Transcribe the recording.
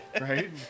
Right